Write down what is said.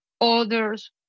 others